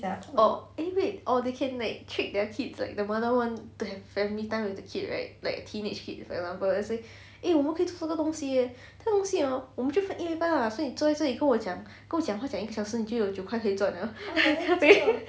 oh eh wait or they can like trick their kids like the mother want to have family time with the kid right like teenage kid for example let's say eh 我们可以做这个东西 eh 这个东西 hor 我们就分一人一半 ah 所以你坐在这里跟我讲跟我讲话讲一个小时你就有九块可以赚 liao